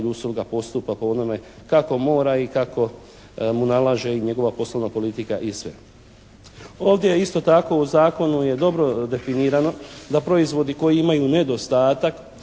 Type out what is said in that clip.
usluga postupa po onome kako mora i kako mu nalaže i njegova poslovna politika i sve. Ovdje isto tako u Zakonu je dobro definirano da proizvodi koji imaju nedostatak